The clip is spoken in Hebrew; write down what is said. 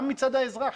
גם מצד האזרח,